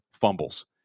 fumbles